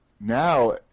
now